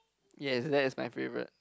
yes that is my favourite